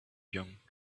young